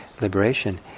liberation